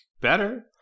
better